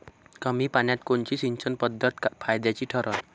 कमी पान्यात कोनची सिंचन पद्धत फायद्याची ठरन?